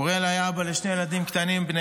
אוריאל היה אבא לשני ילדים קטנים בני